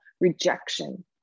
rejection